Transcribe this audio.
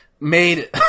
made